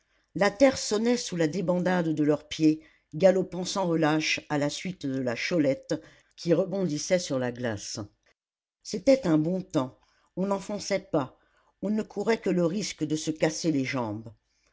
la terre sonnait sous la débandade de leurs pieds galopant sans relâche à la suite de la cholette qui rebondissait sur la glace c'était un bon temps on n'enfonçait pas on ne courait que le risque de se casser les jambes